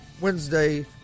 Wednesday